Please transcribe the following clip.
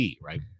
right